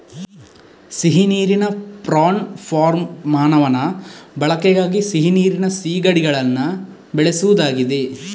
ಸಿಹಿ ನೀರಿನ prawn farm ಮಾನವನ ಬಳಕೆಗಾಗಿ ಸಿಹಿ ನೀರಿನ ಸೀಗಡಿಗಳನ್ನ ಬೆಳೆಸುದಾಗಿದೆ